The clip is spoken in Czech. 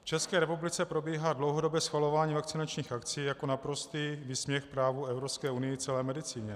V České republice probíhá dlouhodobě schvalování vakcinačních akcí jako naprostý výsměch právu v Evropské unii celé medicíně.